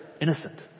innocent